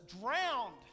drowned